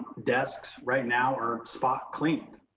desks right now are spot cleaned,